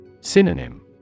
Synonym